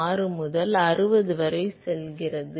06 முதல் 60 வரை செல்கிறது